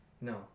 No